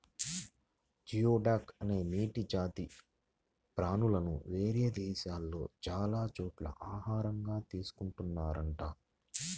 geoduck అనే నీటి జాతి ప్రాణులను వేరే దేశాల్లో చాలా చోట్ల ఆహారంగా తీసుకున్తున్నారంట